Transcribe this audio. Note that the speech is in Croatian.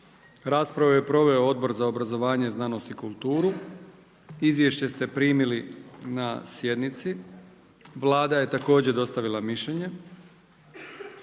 Raspravu je proveo Odbor za obrazovanje, znanost i kulturu. Izvješće ste primili na sjednici. Vlada je također dostavila mišljenje.